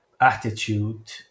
attitude